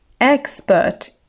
expert